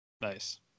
nice